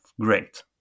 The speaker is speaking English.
Great